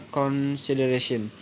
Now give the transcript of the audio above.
consideration